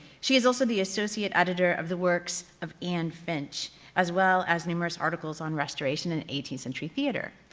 she is also the associate editor of the works of anne finch as well as numerous articles on restoration and eighteenth century theater.